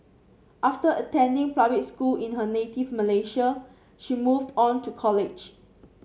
after attending public school in her native Malaysia she moved on to college